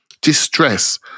distress